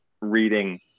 reading